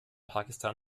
pakistan